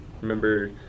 remember